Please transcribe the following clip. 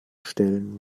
stellen